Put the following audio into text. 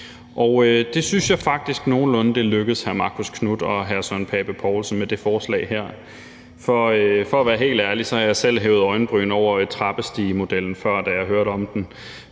Det synes jeg faktisk det nogenlunde er lykkedes hr. Marcus Knuth og hr. Søren Pape Poulsen med det her forslag, for hvis jeg skal være helt ærlig, har jeg selv før hævet øjenbrynene over trappestigemodellen, da jeg hørte om den,